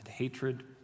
hatred